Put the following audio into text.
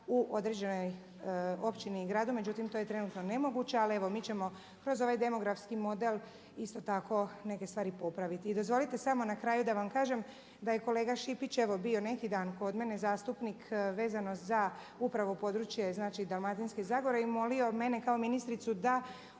u određenoj općini i gradu, međutim to je trenutno nemoguće. Ali evo, mi ćemo kroz ovaj demografski model isto tako neke stvari popraviti. I dozvolite samo na kraju da vam kažem da je kolega Šipić evo bio neki dan kod mene zastupnik vezano za upravo područje, znači Dalmatinske zagore i molio mene kao ministricu da